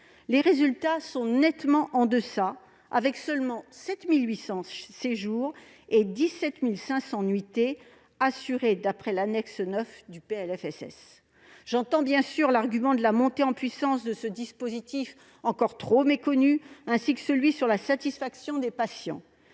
les résultats sont nettement en deçà, avec seulement 7 800 séjours et 17 500 nuitées, d'après l'annexe 9 du PLFSS. Bien sûr, j'entends l'argument relatif à la montée en puissance de ce dispositif encore trop méconnu, ainsi que celui sur la satisfaction des patients.